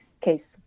case